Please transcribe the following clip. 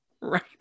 Right